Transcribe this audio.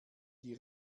die